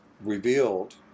revealed